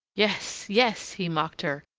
yes, yes, he mocked her,